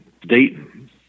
Dayton